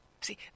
See